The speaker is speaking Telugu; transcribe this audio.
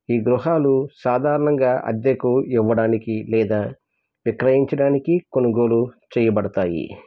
ఈ గృహాలు సాధారణంగా అద్దెకు ఇవ్వడానికి లేదా విక్రయించడానికి కొనుగోలు చేయబడతాయి